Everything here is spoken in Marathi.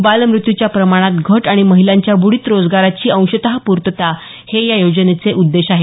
बालमृत्यूच्या प्रमाणात घट आणि महिलांच्या ब्रडीत रोजगाराची अंशत पूर्तता हे या योजनेचे उद्देश आहेत